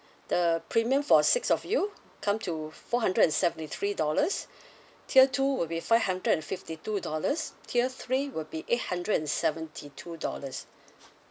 the premium for six of you come to four hundred and seventy three dollars tier two will be five hundred and fifty two dollars tier three will be eight hundred and seventy two dollars